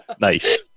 Nice